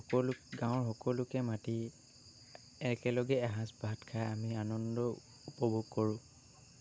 সকলোক গাঁৱৰ সকলোকে মাতি একেলগে এসাঁজ ভাত খাই আমি আনন্দ উপভোগ কৰোঁ